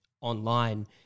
online